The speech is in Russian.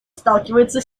сталкивается